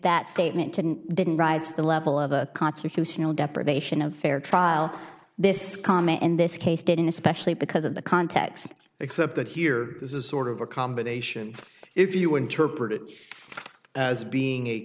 that statement and didn't rise to the level of a constitutional deprivation of fair trial this comma in this case didn't especially because of the context except that here this is sort of a combination if you interpret it as being a